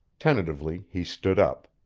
tentatively, he stood up.